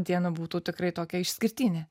diena būtų tikrai tokia išskirtinė